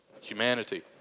humanity